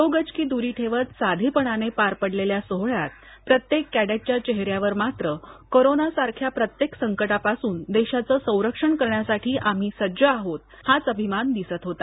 दो गज की दूरी ठेवत साधेपणाने पार पडलेल्या सोहळ्यात प्रत्येक् कॅडेट च्या चेहऱ्यावर मात्र कोरोना सारख्या प्रत्येक संकटा पासून देशाच संरक्षण करण्यासाठी आम्ही सज्ज आहोत हाच अभिमान दिसत होता